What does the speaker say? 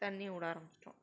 தண்ணீர் விட ஆரம்மிச்சிட்டோம்